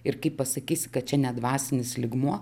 ir kaip pasakysi kad čia ne dvasinis lygmuo